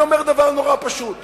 אני אומר דבר נורא פשוט: